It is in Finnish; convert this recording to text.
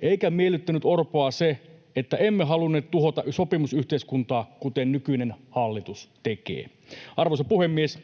eikä miellyttänyt Orpoa se, että emme halunneet tuhota sopimusyhteiskuntaa, kuten nykyinen hallitus tekee. Arvoisa puhemies!